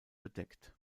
bedeckt